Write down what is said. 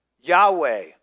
Yahweh